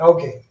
Okay।